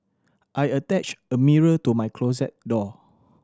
I attached a mirror to my closet door